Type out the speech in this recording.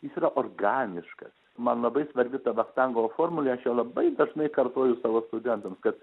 jis yra organiškas man labai svarbi ta vachtangovo formulė aš ją labai dažnai kartoju savo studentams kad